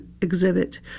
exhibit